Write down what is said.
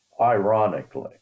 ironically